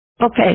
Okay